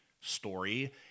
story